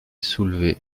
soulevé